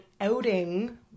outing